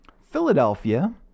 Philadelphia